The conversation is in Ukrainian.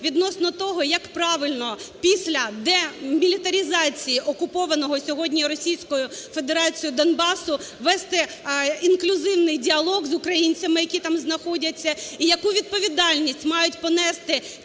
відносно того, як правильно після демілітаризації окупованого сьогодні Російською Федерацією Донбасу вести інклюзивний діалог з українцями, які там знаходяться, і яку відповідальність мають понести